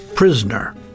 Prisoner